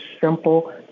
simple